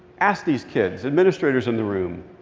ask these kids. administrators in the room,